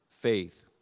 faith